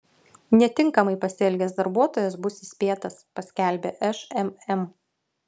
netinkamai pasielgęs darbuotojas bus įspėtas paskelbė šmm